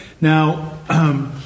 Now